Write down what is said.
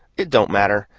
it don't matter,